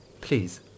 Please